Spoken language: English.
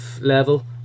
level